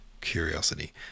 curiosity